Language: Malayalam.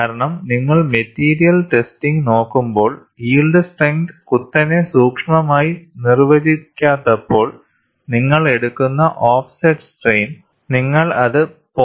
കാരണം നിങ്ങൾ മെറ്റീരിയൽ ടെസ്റ്റിംഗ് നോക്കുമ്പോൾ യിൽഡ് സ്ട്രെങ്ത് കുത്തനെ സൂക്ഷ്മമായി നിർവ്വചിക്കാത്തപ്പോൾ നിങ്ങൾ എടുക്കുന്ന ഓഫ്സെറ്റ് സ്ട്രെയിൻ നിങ്ങൾ അത് 0